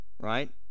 Right